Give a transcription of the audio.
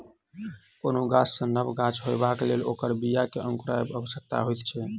कोनो गाछ सॅ नव गाछ होयबाक लेल ओकर बीया के अंकुरायब आवश्यक होइत छै